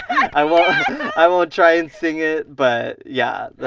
i won't i won't try and sing it, but yeah, but